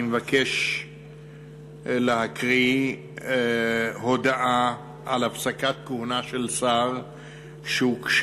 אני מבקש להקריא הודעה על הפסקת כהונה של שר שהוגשה